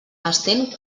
estén